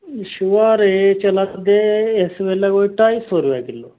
शुहारे चला दे इस बेल्लै कोई ढाई सौ रपेआ ल्